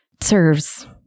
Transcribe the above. serves